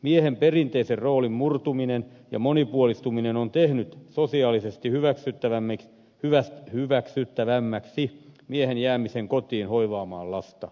miehen perinteisen roolin murtuminen ja monipuolistuminen on tehnyt sosiaalisesti hyväksyttävämmäksi miehen jäämisen kotiin hoivaamaan lasta